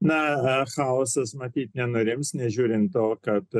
na chaosas matyt nenurims nežiūrint to kad